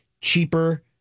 cheaper